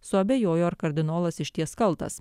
suabejojo ar kardinolas išties kaltas